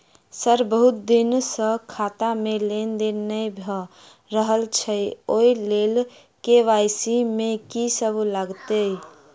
Sir बहुत दिन सऽ खाता मे लेनदेन नै भऽ रहल छैय ओई लेल के.वाई.सी मे की सब लागति ई?